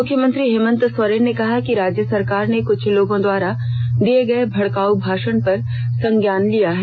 मुख्यमंत्री हेमन्त सोरेन ने कहा कि राज्य सरकार ने कुछ लोगों द्वारा दिए गए भड़काउ भाषण पर संज्ञान लिया है